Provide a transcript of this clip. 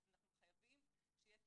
אנחנו חייבים שיהיה תקצוב.